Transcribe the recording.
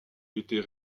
était